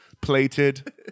Plated